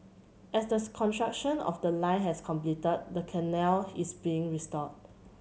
as the construction of the line has completed the canal is being restored